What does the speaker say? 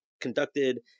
conducted